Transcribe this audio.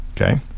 okay